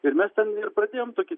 ir mes ten ir pradėjom tokį